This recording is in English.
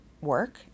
work